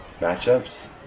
matchups